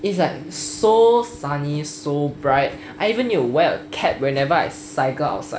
it's like so sunny so bright I even need to wear a cap whenever I cycle outside